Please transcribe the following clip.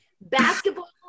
basketball